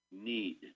need